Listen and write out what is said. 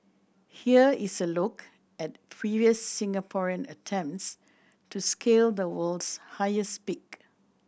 here is a look at previous Singaporean attempts to scale the world's highest peak